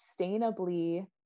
sustainably